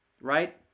right